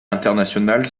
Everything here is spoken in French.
international